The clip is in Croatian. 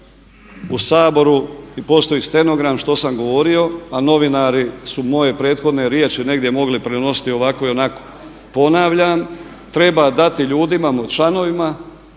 u Saboru i postoji stenogram što sam govorio, a novinari su moje prethodne riječi negdje mogli prenositi ovako i onako. Ponavljam, treba dati ljudima članovima,